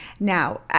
Now